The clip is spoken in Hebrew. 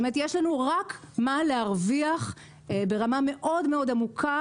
כלומר יש לנו רק מה להרוויח ברמה עמוקה מאוד,